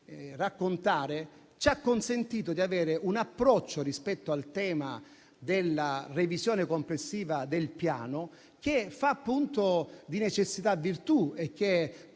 raccontare, ci ha consentito di avere un approccio rispetto al tema della revisione complessiva del Piano che fa di necessità virtù e che